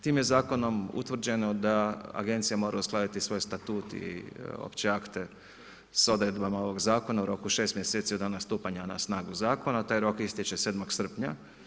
Tim je zakonom utvrđeno da Agencija mora uskladiti svoj statut i opće akte s odredbama ovog zakona u roku 6 mjeseci od dana stupanja na snagu zakona, taj rok istječe 7. srpnja.